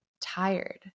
tired